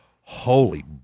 Holy